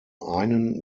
einen